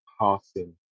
passing